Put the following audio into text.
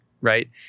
Right